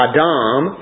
Adam